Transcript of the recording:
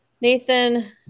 Nathan